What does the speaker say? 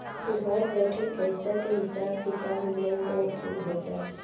घर बइठल पईसा के हिसाब किताब, लेन देन कुल हो जाला